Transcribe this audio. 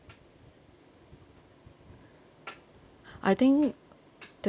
I think the